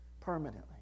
Permanently